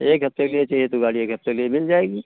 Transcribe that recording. एक हफ्ते के लिए चहिए तो गाड़ी एक हफ्ते लिए मिल जाएगी